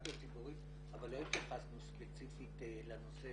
דיפלומטיה ציבורית אבל לא התייחסנו ספציפית לנושא